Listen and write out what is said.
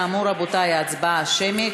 כאמור, רבותי, ההצבעה שמית.